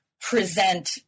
present